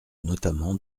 notamment